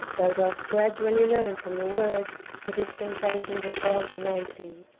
thou dost gradually learn from the word the dispensations of god who made thee.